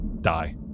die